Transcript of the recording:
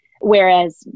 Whereas